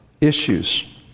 issues